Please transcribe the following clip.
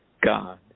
God